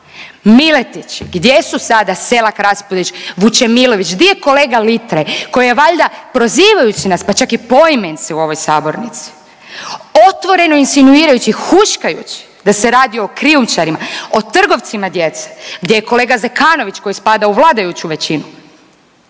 Miletići, gdje su sada Selak Raspudić, Vučemilović, di je kolega Litre koji je valjda, prozivajući nas, pa čak i poimence u ovoj sabornici, otvoreno insinuirali, huškajući da se radi o krijumčarima, o trgovcima djece, gdje je kolega Zekanović koji spada u vladajuću većinu?